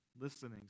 Listening